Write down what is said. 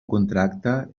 contracte